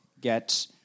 get